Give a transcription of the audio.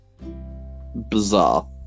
bizarre